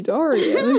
Dorian